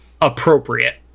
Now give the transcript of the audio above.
appropriate